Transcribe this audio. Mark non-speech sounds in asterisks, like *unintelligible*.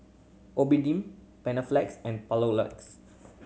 *unintelligible* Panaflex and Papulex